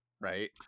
right